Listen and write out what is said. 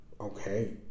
okay